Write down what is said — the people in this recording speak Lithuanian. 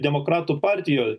demokratų partijoj